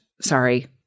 sorry